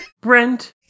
Brent